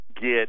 get